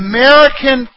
American